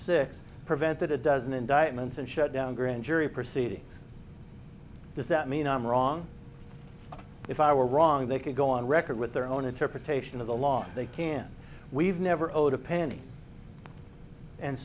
six prevented a dozen indictments and shut down grand jury proceedings does that mean i'm wrong if i were wrong they could go on record with their own interpretation of the law they can we've never owed a penny and